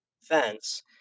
fence